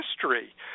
history